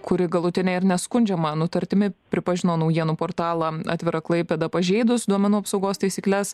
kuri galutine ir neskundžiama nutartimi pripažino naujienų portalą atvira klaipėda pažeidus duomenų apsaugos taisykles